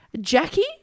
Jackie